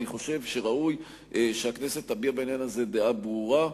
אני חושב שראוי שהכנסת תביע בעניין הזה דעה ברורה,